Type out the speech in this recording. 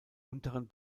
unteren